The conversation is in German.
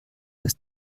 dass